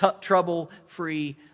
trouble-free